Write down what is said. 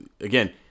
again